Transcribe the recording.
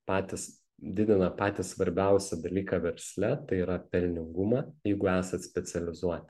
patys didina patį svarbiausią dalyką versle tai yra pelningumą jeigu esat specializuoti